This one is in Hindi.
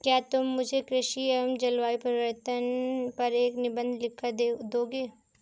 क्या तुम मुझे कृषि एवं जलवायु परिवर्तन पर एक निबंध लिखकर दोगे?